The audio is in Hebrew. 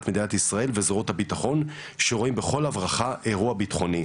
מדינת ישראל בזרועות הביטחון שרואים בכל הברחה אירוע ביטחוני.